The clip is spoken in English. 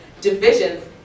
divisions